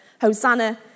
Hosanna